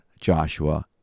Joshua